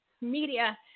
media